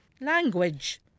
Language